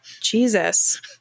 Jesus